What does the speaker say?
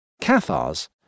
Cathars